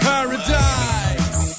Paradise